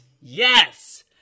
Yes